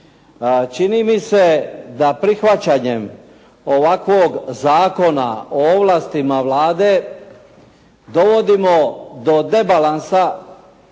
Čini mi se da prihvaćanjem ovakvog zakona o ovlastima Vlade dovodimo do debalansa